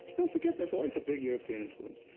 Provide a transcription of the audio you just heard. don't forget, there's always a big european influence.